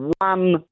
one